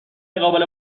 قابل